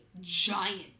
giant